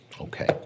Okay